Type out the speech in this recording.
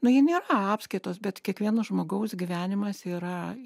nu ji nėra apskaitos bet kiekvieno žmogaus gyvenimas yra